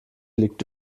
liegt